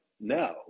no